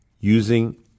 using